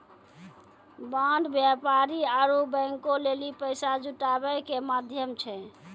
bond व्यापारी आरु बैंको लेली पैसा जुटाबै के माध्यम छै